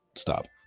Stop